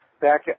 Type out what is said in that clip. Back